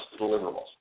deliverables